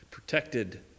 Protected